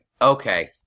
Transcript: okay